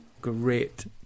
great